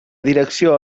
direcció